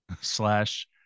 slash